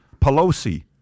Pelosi